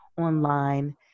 online